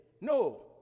No